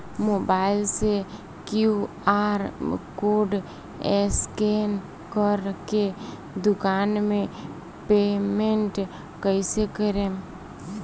Mobile से QR code scan कर के दुकान मे पेमेंट कईसे करेम?